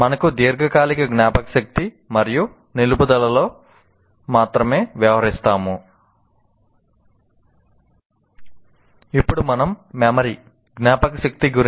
మనము దీర్ఘకాలిక జ్ఞాపకశక్తి మరియు నిలుపుదలతో మాత్రమే వ్యవహరిస్తాము